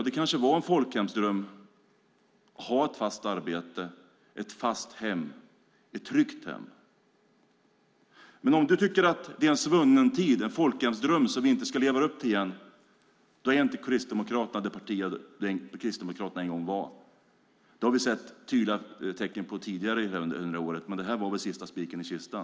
Det kanske var en folkhemsdröm att ha ett fast arbete, ett fast hem, ett tryggt hem. Men om du tycker att en folkhemsdröm är en svunnen tid som vi inte ska leva upp till igen är inte Kristdemokraterna det parti Kristdemokraterna en gång var. Det har vi sett tydliga tecken på tidigare under året. Det här var väl sista spiken i kistan.